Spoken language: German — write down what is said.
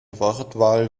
wortwahl